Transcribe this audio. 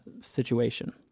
situation